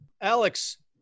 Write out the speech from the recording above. alex